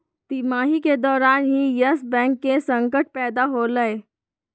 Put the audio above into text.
तिमाही के दौरान ही यस बैंक के संकट पैदा होलय